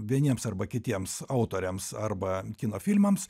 vieniems arba kitiems autoriams arba kino filmams